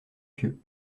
pieux